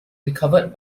recovered